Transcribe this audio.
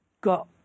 got